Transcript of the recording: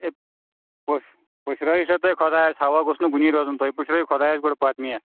ہے پُش پُشرٲوِو سا تُہۍ خۄدایَس حوال یہِ گوٚژھ نہٕ کُنی روزُن تۄہہِ پُشرٲوِو خۄدایَس گۄڈٕ پتہٕ مےٚ